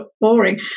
boring